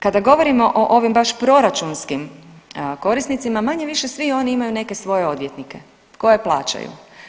Kada govorimo o ovim baš proračunskim korisnicima manje-više svi oni imaju neke svoje odvjetnike koje plaćaju.